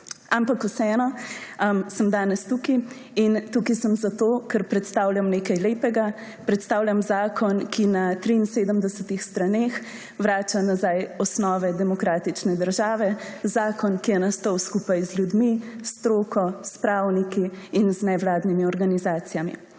Ampak vseeno sem danes tukaj in tukaj sem zato, ker predstavljam nekaj lepega, predstavljam zakon, ki na 73 straneh vrača nazaj osnove demokratične države, zakon, ki je nastal skupaj z ljudmi, s stroko, s pravniki in z nevladnimi organizacijami.